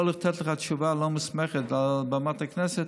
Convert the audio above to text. לתת לך תשובה לא מוסמכת מעל במת הכנסת,